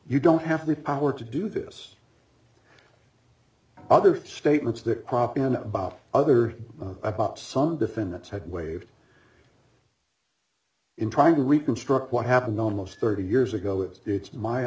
you don't have the power to do this other statements that crop in about other about some defendants had waived in trying to reconstruct what happened almost thirty years ago is it's my